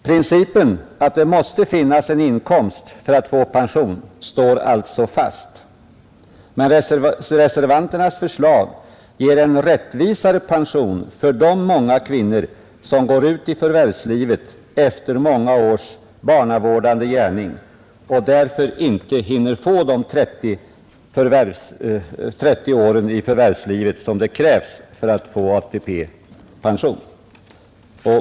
Principen att det måste finnas en inkomst för att få pension står alltså fast. Men reservanternas förslag ger en rättvisare pension för de många kvinnor som går ut i förvärvslivet efter många års barnavårdande gärning och därför inte hinner med de 30 är i förvärvslivet som krävs för ATP-pension.